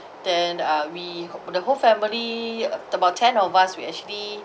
then uh we the whole family about ten of us we actually